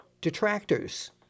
detractors